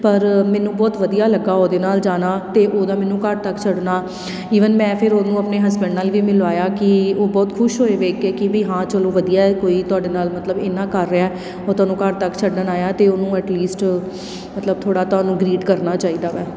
ਪਰ ਮੈਨੂੰ ਬਹੁਤ ਵਧੀਆ ਲੱਗਾ ਉਹਦੇ ਨਾਲ ਜਾਣਾ ਅਤੇ ਉਹਦਾ ਮੈਨੂੰ ਘਰ ਤੱਕ ਛੱਡਣਾ ਈਵਨ ਮੈਂ ਫਿਰ ਉਹਨੂੰ ਆਪਣੇ ਹਸਬੈਂਡ ਨਾਲ ਵੀ ਮਿਲਵਾਇਆ ਕਿ ਉਹ ਬਹੁਤ ਖੁਸ਼ ਹੋਏ ਦੇਖ ਕੇ ਕਿ ਵੀ ਹਾਂ ਚਲੋ ਵਧੀਆ ਕੋਈ ਤੁਹਾਡੇ ਨਾਲ ਮਤਲਬ ਇੰਨਾ ਕਰ ਰਿਹਾ ਉਹ ਤੁਹਾਨੂੰ ਘਰ ਤੱਕ ਛੱਡਣ ਆਇਆ ਅਤੇ ਉਹਨੂੰ ਐਟਲੀਸਟ ਮਤਲਬ ਥੋੜ੍ਹਾ ਤਾਂ ਉਹਾਨੂੰ ਗ੍ਰੀਟ ਕਰਨਾ ਚਾਹੀਦਾ ਹੈ